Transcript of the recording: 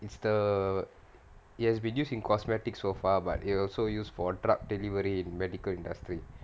is the it has been used in cosmetic so far but it also used for drug delivery in medical industry